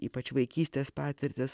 ypač vaikystės patirtys